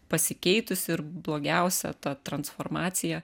pasikeitusi ir blogiausia ta transformacija